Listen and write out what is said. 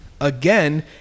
again